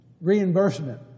reimbursement